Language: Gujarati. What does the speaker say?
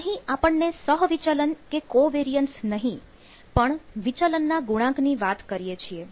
અહીં આપણે સહવિચલન કે covariance નહીં પણ વિચલન ના ગુણાંકની વાત કરીએ છીએ